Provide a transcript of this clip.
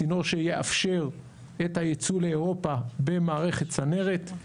צינור שיאפשר את הייצוא לאירופה במערכת צנרת.